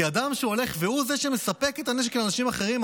כי אדם שהולך והוא זה שמספק את הנשק לאנשים אחרים,